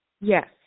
Yes